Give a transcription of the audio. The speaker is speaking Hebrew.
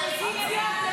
נמנעים,